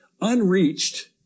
unreached